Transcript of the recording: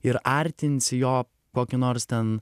ir artinsi jo kokį nors ten